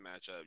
matchup